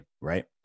right